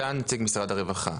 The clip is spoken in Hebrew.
אתה נציג משרד הרווחה.